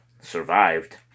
survived